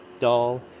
doll